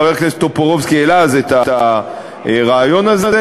חבר הכנסת טופורובסקי העלה אז את הרעיון הזה,